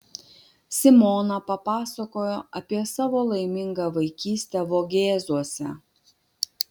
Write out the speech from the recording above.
simona papasakojo apie savo laimingą vaikystę vogėzuose